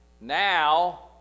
now